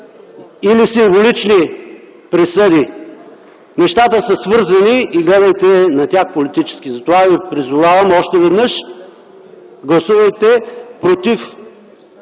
или символични присъди. Нещата са свързани и гледайте на тях политически. Затова ви призовавам още веднъж, управляващи,